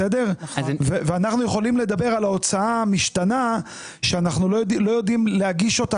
ואנו יכולים לדבר על ההוצאה המשתנה שאנו לא יודעים להגיש אותה